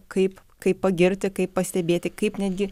kaip kaip pagirti kaip pastebėti kaip netgi